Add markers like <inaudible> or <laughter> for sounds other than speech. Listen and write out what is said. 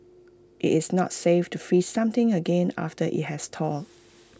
<noise> IT is not safe to freeze something again after IT has thawed